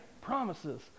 Promises